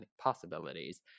possibilities